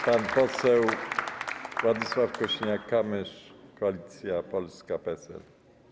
Pan poseł Władysław Kosiniak-Kamysz, Koalicja Polska - PSL.